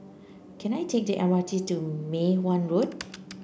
can I take the M R T to Mei Hwan Road